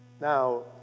now